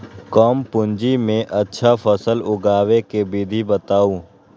कम पूंजी में अच्छा फसल उगाबे के विधि बताउ?